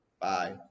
Bye